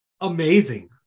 amazing